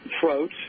throat